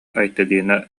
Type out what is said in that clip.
айталина